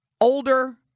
older